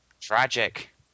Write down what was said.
Tragic